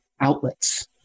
outlets